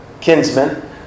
kinsman